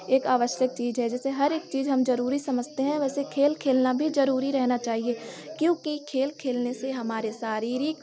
एक आवश्यक चीज़ है जैसे हर एक चीज़ हम ज़रूरी समझते हैं वैसे खेल खेलना भी ज़रूरी रहना चाहिए क्योंकि खेल खेलने से हमारे शारीरिक